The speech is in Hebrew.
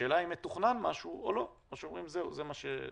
השאלה אם מתוכנן משהו או לא, או שאומרים זה מה יש?